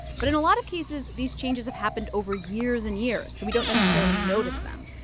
but in a lot of cases, these changes have happened over years and years, so we don't necessarily notice them.